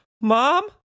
Mom